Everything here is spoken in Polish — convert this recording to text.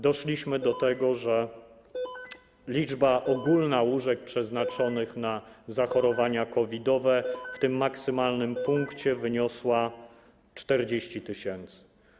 Doszliśmy do tego, że liczba ogólna łóżek przeznaczonych na zachorowania COVID-owe w tym maksymalnym punkcie wyniosła 40 tys.